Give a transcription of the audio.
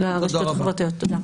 תודה רבה.